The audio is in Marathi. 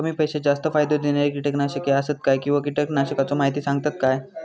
कमी पैशात जास्त फायदो दिणारी किटकनाशके आसत काय किंवा कीटकनाशकाचो माहिती सांगतात काय?